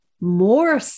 more